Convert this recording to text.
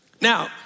Now